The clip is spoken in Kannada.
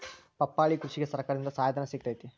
ಪಪ್ಪಾಳಿ ಕೃಷಿಗೆ ಸರ್ಕಾರದಿಂದ ಸಹಾಯಧನ ಸಿಗತೈತಿ